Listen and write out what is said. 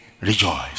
rejoice